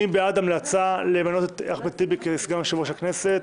מי בעד ההמלצה למנות את אחמד טיבי כסגן יושב-ראש הכנסת,